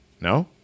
No